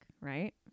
right